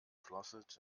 closet